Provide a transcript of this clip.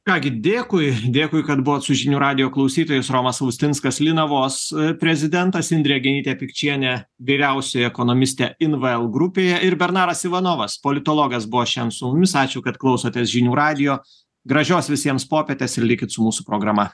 ką gi dėkui dėkui kad buvot su žinių radijo klausytojas romas austinskas linavos prezidentas indrė genytė pikčienė vyriausioji ekonomistė invel grupėje ir bernaras ivanovas politologas buvo šen su mumis ačiū kad klausotės žinių radijo gražios visiems popietės ir likit su mūsų programa